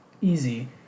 easy